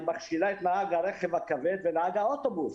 היא מכשילה את נהג הרכב הכבד ונהג האוטובוס.